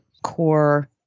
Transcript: core